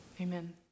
Amen